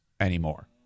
anymore